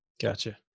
Gotcha